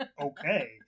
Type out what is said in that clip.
okay